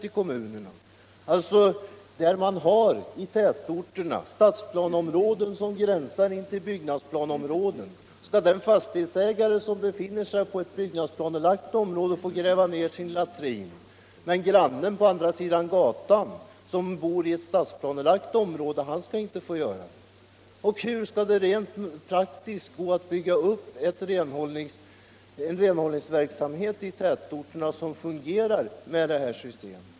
I tätorterna finns det stadsplaneområden som gränsar till byggnadsplanceområden. Skall den vars fastighet är belägen inom byggnadsplanelagt område få gräva ner sin latrin, medan däremot grannen på andra sidan gatan som bor i ett statplanelagt område inte skall få göra det? Och hur skall det rent praktiskt gå att bygga upp en renhållningsverksamhet i tätorterna som fungerar med det här systemet?